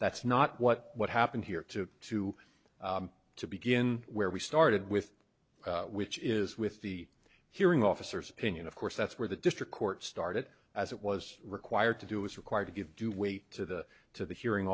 that's not what what happened here to to to begin where we started with which is with the hearing officers opinion of course that's where the district court started as it was required to do is required to give due weight to the to the hearing